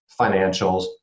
financials